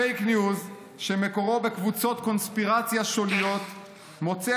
פייק ניוז שמקורו בקבוצות קונספירציה שוליות מוצא